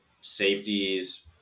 safeties